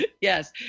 Yes